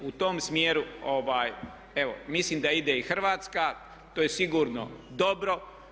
U tom smjeru, evo mislim da ide i Hrvatska, to je sigurno dobro.